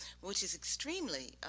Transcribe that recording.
which is extremely